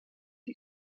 die